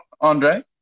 Andre